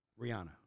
Rihanna